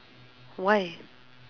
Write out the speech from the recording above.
why